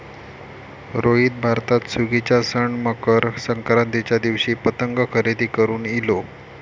रोहित भारतात सुगीच्या सण मकर संक्रांतीच्या दिवशी पतंग खरेदी करून इलो